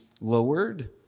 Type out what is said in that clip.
lowered